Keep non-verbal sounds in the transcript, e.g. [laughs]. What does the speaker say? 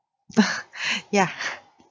[laughs] yeah